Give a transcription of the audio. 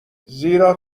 زیرا